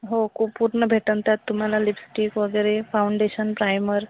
हो को पूर्ण भेटन त्यात तुम्हाला लिपस्टिक वगैरे फाऊंडेशन प्रायमर